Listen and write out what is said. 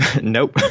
nope